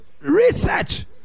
research